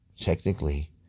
technically